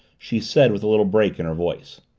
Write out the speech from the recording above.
she said with a little break in her voice.